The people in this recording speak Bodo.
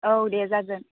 औ दे जागोन